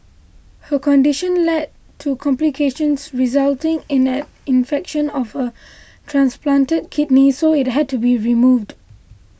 her condition led to complications resulting in an infection of her transplanted kidney so it had to be removed